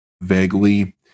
vaguely